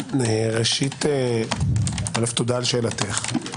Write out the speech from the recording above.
ראשית תודה על שאלתך.